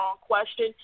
question